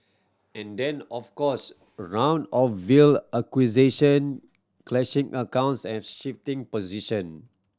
and then of course round of veiled accusation clashing accounts and shifting position